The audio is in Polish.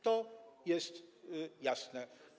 To jest jasne.